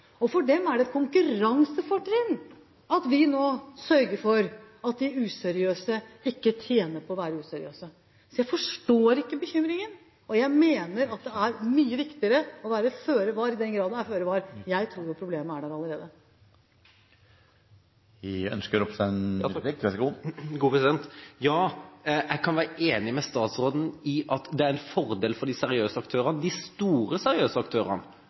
For dem er det et konkurransefortrinn at vi nå sørger for at de useriøse ikke tjener på å være useriøse. Jeg forstår ikke bekymringen. Jeg mener at det er mye viktigere å være føre var – i den grad det er føre var. Jeg tror problemet er der allerede. Jeg kan være enig med statsråden i at det er en fordel for de seriøse aktørene – de store, seriøse aktørene.